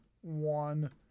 one